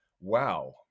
Wow